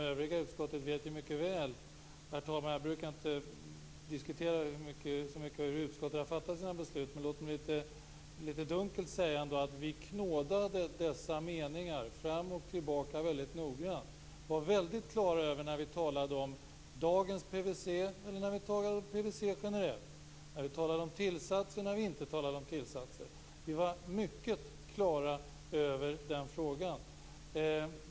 Jag brukar inte diskutera hur utskottet fattar sina beslut, men jag kan litet dunkelt säga att vi knådade dessa meningar fram och tillbaka väldigt noggrant. Vi var väldigt klara över när vi talade om dagens PVC och om PVC generellt, när vi talade om tillsatser och när vi inte talade om tillsatser. Vi var mycket klara över den frågan.